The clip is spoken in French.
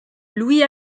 louis